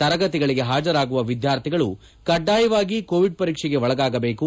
ತರಗತಿಗಳಿಗೆ ಹಾಜರಾಗುವ ವಿದ್ಯಾರ್ಥಿಗಳು ಕಡ್ಡಾಯವಾಗಿ ಕೋವಿಡ್ ಪರೀಕ್ಷೆಗೆ ಒಳಗಾಗಬೇಕು